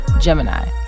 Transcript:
Gemini